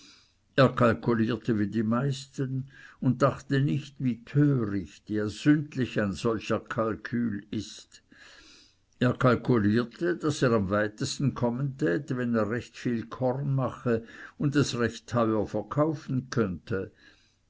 er kalkulierte wie die meisten und dachte nicht wie töricht ja sündlich ein solcher kalkul ist er kalkulierte daß er am weitesten kommen täte wenn er recht viel korn mache und es recht teuer verkaufen könnte